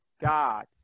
God